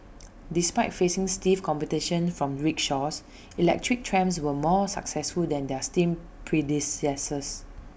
despite facing stiff competition from rickshaws electric trams were more successful than their steam predecessors